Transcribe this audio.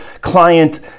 client